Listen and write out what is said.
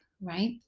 Right